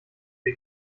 sie